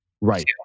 Right